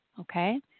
Okay